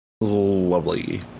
Lovely